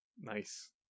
Nice